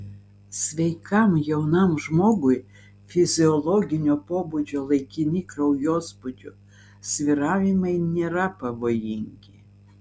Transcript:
sveikam jaunam žmogui fiziologinio pobūdžio laikini kraujospūdžio svyravimai nėra pavojingi